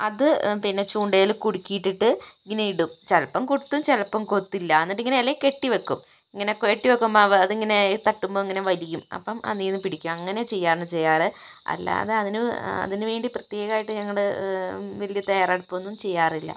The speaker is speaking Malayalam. അത് പിന്നെ ചൂണ്ടയിൽ കുടുക്കി ഇട്ടിട്ട് ഇങ്ങനെ ഇടും ചിലപ്പോൾ കൊത്തും ചിലപ്പോൾ കൊത്തില്ല എന്നിട്ട് ഇലയിൽ ഇങ്ങനെ കെട്ടി വെക്കും ഇങ്ങനെ കെട്ടി വെക്കുമ്പോൾ അത് ഇങ്ങനെ തട്ടുമ്പോൾ ഇങ്ങനെ വലിയും അപ്പോൾ അതിൽ നിന്ന് പിടിക്കും അങ്ങനെ ചെയ്യാണ് ചെയ്യാറ് അല്ലാതെ അതിന് അതിന് വേണ്ടിട്ട് പ്രത്യേകം ആയിട്ട് നമ്മള് വലിയ തയ്യാറെടുപ്പും ഒന്നും ചെയ്യാറില്ല